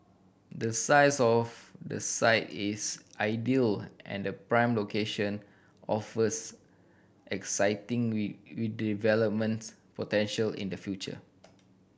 the size of the site is ideal and prime location offers excitingly redevelopments potential in the future